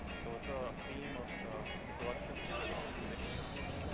so it's a theme of introduction to public transportation systems.